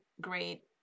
great